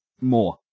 More